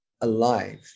alive